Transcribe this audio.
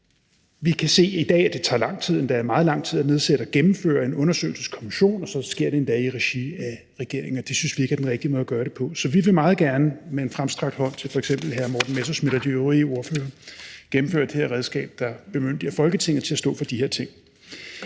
Vi kan se i dag, at det tager lang tid, endda meget lang tid, at nedsætte og gennemføre en undersøgelseskommission, og så sker det endda i regi af regeringen, og det synes vi ikke er den rigtige måde at gøre det på. Så vi vil meget gerne med en fremstrakt hånd til f.eks. hr. Morten Messerschmidt og de øvrige ordførere gennemføre det her redskab, der bemyndiger Folketinget til at stå for de her ting.